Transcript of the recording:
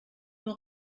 nur